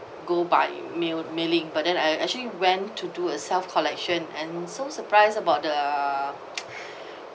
go by mail mailing but then I actually went to do a self-collection and so surprised about the